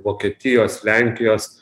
vokietijos lenkijos